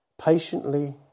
Patiently